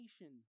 nation